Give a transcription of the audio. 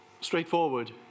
straightforward